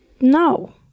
No